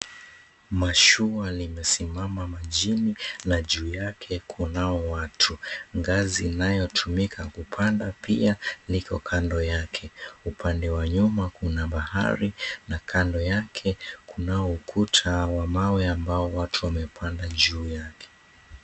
Mashua limesimama majini na juu yake kunao watu. Ngazi inayotumika kupanda pia liko kando yake. Upande wa nyuma kuna bahari na kando yake kunao ukuta wa mawe ambao watu wamepanda juu yake.